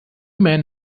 men